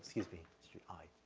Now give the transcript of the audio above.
excuse me it's through i,